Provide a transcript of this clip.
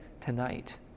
tonight